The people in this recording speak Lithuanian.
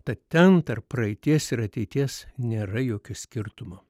tad ten tarp praeities ir ateities nėra jokio skirtumo